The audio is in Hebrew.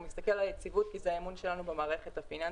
הוא מסתכל על היציבות כי זה האמון שלנו במערכת הפיננסית.